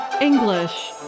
English